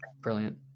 Brilliant